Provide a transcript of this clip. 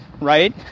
Right